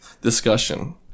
Discussion